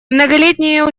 многолетние